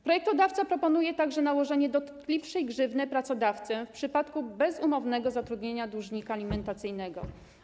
Projektodawca proponuje także nałożenie dotkliwszej grzywny na pracodawcę w przypadku bezumownego zatrudnienia dłużnika alimentacyjnego.